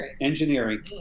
engineering